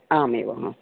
आम् एवं